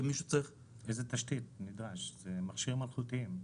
זה מכשירים אלחוטיים.